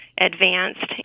advanced